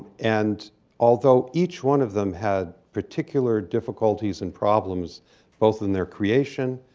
and although each one of them had particular difficulties and problems both in their creation,